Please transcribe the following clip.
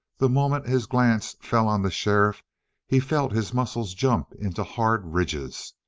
the moment his glance fell on the sheriff he felt his muscles jump into hard ridges,